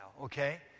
okay